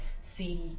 see